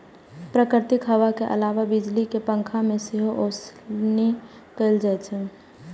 प्राकृतिक हवा के अलावे बिजली के पंखा से सेहो ओसौनी कैल जाइ छै